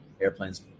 airplanes